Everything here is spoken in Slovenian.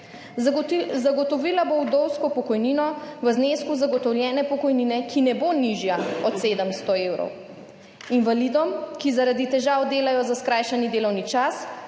Zagotovila bo vdovsko pokojnino v znesku zagotovljene pokojnine, ki ne bo nižja od 700 evrov, invalidom, ki zaradi težav delajo za skrajšani delovni čas,